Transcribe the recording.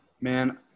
man